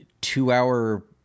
two-hour